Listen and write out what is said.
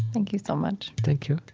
thank you so much thank you